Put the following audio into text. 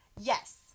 Yes